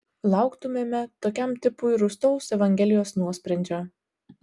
lauktumėme tokiam tipui rūstaus evangelijos nuosprendžio